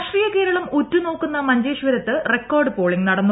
രാഷ്ട്രീയ കേരളം ഉറ്റുനോക്കുന്ന മഞ്ചേശ്വരത്ത് റെക്കോഡ് പോളിങ് നടന്നു